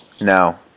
No